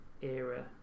era